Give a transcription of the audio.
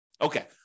Okay